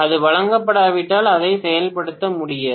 அது வழங்கப்படாவிட்டால் அதை செயல்படுத்த முடியாது